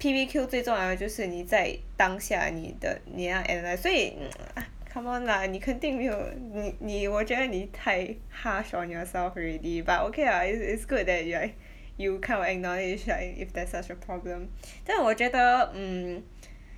P_B_Q 最重要的就是你在当下你的你那 analyse 所以 ah come on lah 你肯定没有你你我觉得你太 harsh on yourself already but okay lah it it's good that you're you kind of acknowledge like if there's such a problem 但我觉得 mm